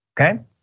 okay